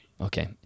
Okay